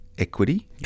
Equity